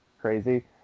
crazy